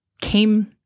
came